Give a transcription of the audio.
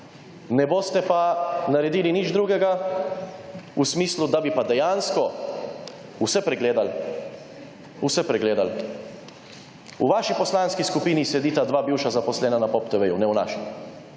ne boste pa naredili nič drugega v smislu, da bi pa dejansko vse pregledali, vse pregledali. V vaši Poslanski skupini sedita dva bivša zaposlena na POP TV, ne v naši,